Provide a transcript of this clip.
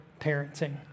parenting